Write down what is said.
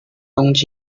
东京